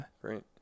Great